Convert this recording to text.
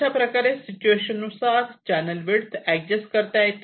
अशाप्रकारे सिच्युएशन नुसार channel width adjust करता येते